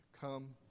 come